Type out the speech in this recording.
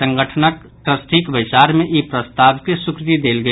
संगठनक ट्रस्टीक बैसार मे ई प्रस्ताव के स्वीकृति देल गेल